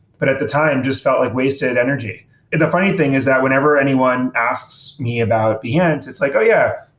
but at the time, just felt like wasted energy the funny thing is that whenever anyone asks me about behance it's like, oh, yeah.